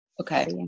Okay